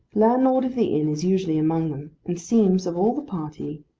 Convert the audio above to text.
landlord of the inn is usually among them, and seems, of all the party,